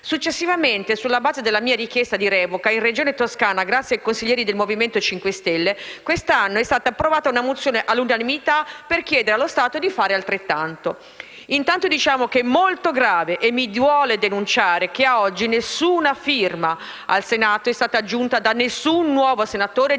Successivamente, sulla base della mia richiesta di revoca, alla Regione Toscana, grazie ai consiglieri del Movimento 5 Stelle, quest'anno è stata approvata una mozione all'unanimità, per chiedere allo Stato di fare altrettanto. Intanto diciamo che è molto grave e mi duole denunciare che a oggi nessuna firma al Senato è stata aggiunta da nessun nuovo senatore, di